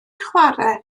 chwarae